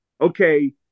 okay